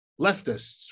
leftists